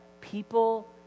people